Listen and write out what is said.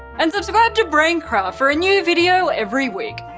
and subscribe to braincraft! for a new video every week.